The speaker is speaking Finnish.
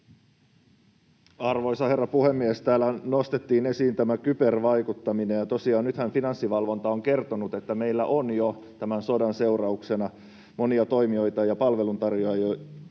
Arvoisa herra puhemies! Täällä nostettiin esiin tämä kybervaikuttaminen, ja tosiaan nythän Finanssivalvonta on kertonut, että meillä on jo tämän sodan seurauksena monia toimijoita ja palveluntarjoajia,